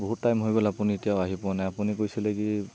বহুত টাইম হৈ গ'ল আপুনি এতিয়াও আহি পোৱা নাই আপুনি কৈছিলে কি